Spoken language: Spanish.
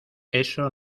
eso